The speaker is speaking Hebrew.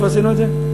איפה עשינו את זה?